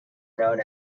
known